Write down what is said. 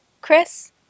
Chris